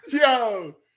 yo